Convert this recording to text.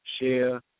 share